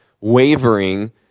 Wavering